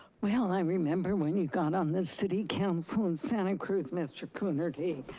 well, i remember when you got on the city council in santa cruz, mr. coonerty.